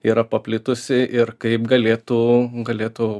yra paplitusi ir kaip galėtų galėtų